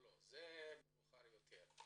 לא, זה מאוחר יותר.